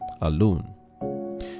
alone